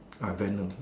A Venom